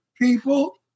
people